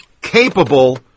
capable